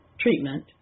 treatment